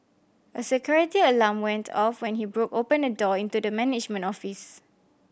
a security alarm went off when he broke open a door into the management office